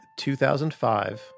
2005